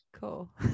Cool